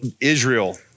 Israel